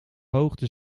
hoogte